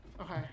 Okay